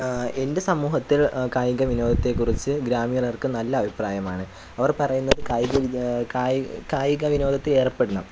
എൻ്റെ സമൂഹത്തിൽ കായികവിനോദത്തെ കുറിച്ച് ഗ്രാമീണർക്ക് നല്ല അഭിപ്രായമാണ് അവർ പറയുന്നത് കായികവി കായികവിനോദത്തിൽ ഏർപ്പെടണം